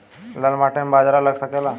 लाल माटी मे बाजरा लग सकेला?